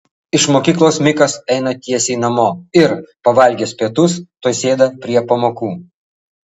iš mokyklos mikas eina tiesiai namo ir pavalgęs pietus tuoj sėda prie pamokų